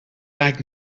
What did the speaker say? lijkt